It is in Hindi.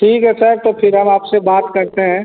ठीक है सर तो फ़िर हम आपसे बात करते हैं